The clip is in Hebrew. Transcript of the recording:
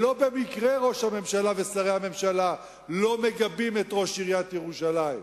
לא במקרה ראש הממשלה ושרי הממשלה לא מגבים את ראש עיריית ירושלים.